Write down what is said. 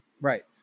Right